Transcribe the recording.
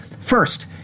First